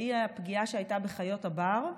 והיא הפגיעה שהייתה בחיות הבר.